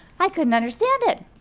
i couldn't understand it.